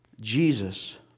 Jesus